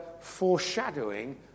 foreshadowing